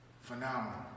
Phenomenal